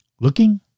looking